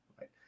right